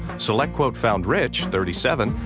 selectquote found rich, thirty seven,